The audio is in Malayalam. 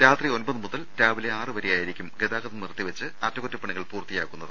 രാത്രി ഒൻപത് മുതൽ രാവിലെ ആറുവരെയായിരിക്കും ഗതാഗതം നിർത്തിവെച്ച് അറ്റകുറ്റപണികൾ പൂർത്തിയാക്കുന്നത്